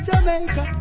Jamaica